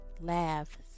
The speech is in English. laugh